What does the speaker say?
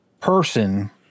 person